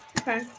Okay